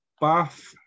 Bath